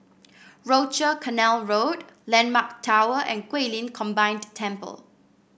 Rochor Canal Road landmark Tower and Guilin Combined Temple